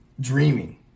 dreaming